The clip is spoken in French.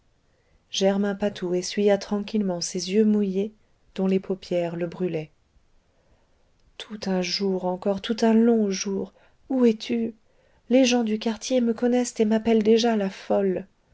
germain patou essuya tranquillement ses yeux mouillés dont les paupières le brûlaient tout un jour encore tout un long jour où es-tu les gens du quartier me connaissent et m'appellent déjà la folle